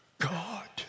God